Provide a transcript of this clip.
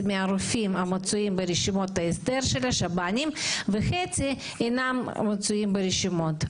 מהרופאים המצויים ברשימות ההסדר של השב"נים וחצי אינם מצויים ברשימות.